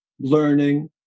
learning